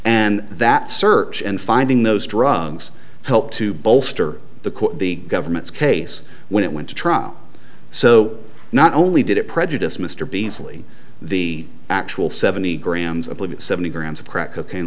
and that search and finding those drugs helped to bolster the the government's case when it went to trial so not only did it prejudice mr beasley the actual seventy grams of believe it seventy grams of crack cocaine